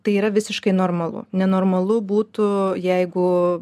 tai yra visiškai normalu nenormalu būtų jeigu